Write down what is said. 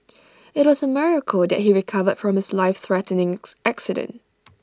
IT was A miracle that he recovered from his life threatening accident